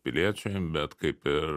piliečiai bet kaip ir